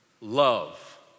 love